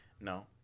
No